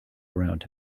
around